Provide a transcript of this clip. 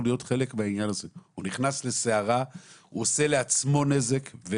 הוא נכנס לסערה, הוא עושה לעצמו נזק.